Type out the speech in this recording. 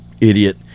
idiot